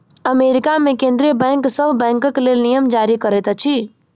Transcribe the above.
America मे केंद्रीय bank सभ बैंकक लेल नियम जारी करैत अछि